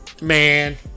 Man